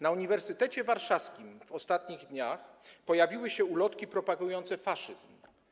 Na Uniwersytecie Warszawskim w ostatnich dniach pojawiły się ulotki propagujące faszyzm.